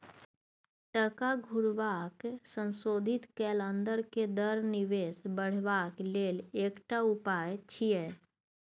टका घुरेबाक संशोधित कैल अंदर के दर निवेश बढ़ेबाक लेल एकटा उपाय छिएय